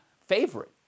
favorite